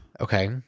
Okay